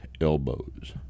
elbows